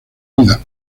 vidas